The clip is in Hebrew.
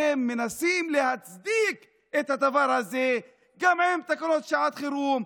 לכן מנסים להצדיק את הדבר הזה גם עם תקנות שעת חירום,